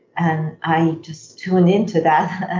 and i just tuned into that and